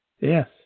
Yes